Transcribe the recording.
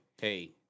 hey